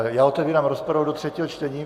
Já otevírám rozpravu do třetího čtení.